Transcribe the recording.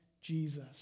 Jesus